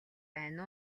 байна